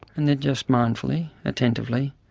and then just mindfully, attentively,